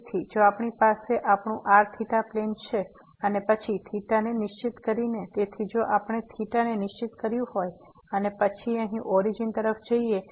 તેથી જો આપણી પાસે આપણું rθ plane છે અને પછી θ ને નિશ્ચિત કરીને તેથી જો આપણે નિશ્ચિત કર્યું હોય અને પછી અહીં ઓરીજીન તરફ જઇએ